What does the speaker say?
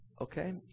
okay